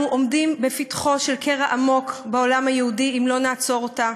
אנחנו עומדים בפתחו של קרע עמוק בעולם היהודי אם לא נעצור אותה.